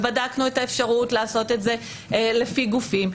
ובדקנו את האפשרות לעשות את זה לפי גופים.